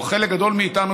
או חלק גדול מאיתנו,